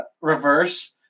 reverse